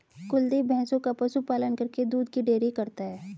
कुलदीप भैंसों का पशु पालन करके दूध की डेयरी करता है